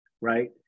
Right